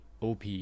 op